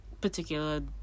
particular